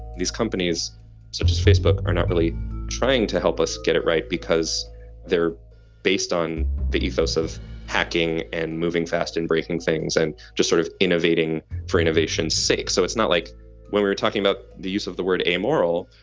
these companies such as facebook, are not really trying to help us get it right because they're based on the ethos of hacking and moving fast and breaking things and just sort of innovating for innovation sake. so it's not like when we're talking about the use of the word amoral.